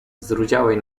zrudziałej